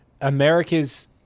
America's